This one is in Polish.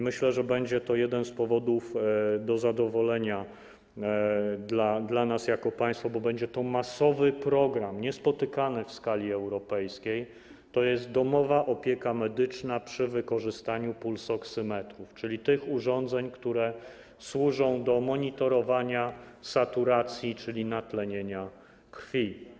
Myślę, że będzie to jeden z powodów do zadowolenia dla nas, jako dla państwa, bo będzie to masowy program, niespotykany w skali europejskiej - to jest domowa opieka medyczna przy wykorzystaniu pulsoksymetrów, czyli urządzeń, które służą do monitorowania saturacji, czyli natlenienia krwi.